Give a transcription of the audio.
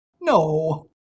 No